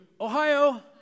Ohio